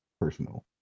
personal